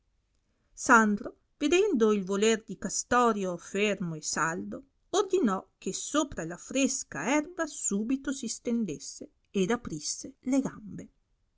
sandro vedendo il voler di castorio fermo e saldo ordinò che sopra la fresca erba subito si stendesse ed aprisse le gambe